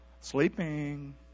Sleeping